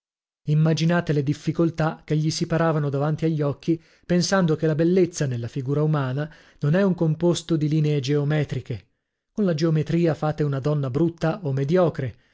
immaginate le difficoltà che gli si paravano davanti agli occhi pensando che la bellezza nella figura umana non è un composto di linee geometriche con la geometria fate una donna brutta o mediocre